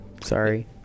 Sorry